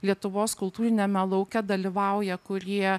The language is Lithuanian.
lietuvos kultūriniame lauke dalyvauja kurie